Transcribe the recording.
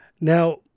Now